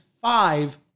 five